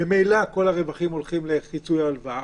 ממילא כל הרווחים הולכים לכיסוי ההלוואה,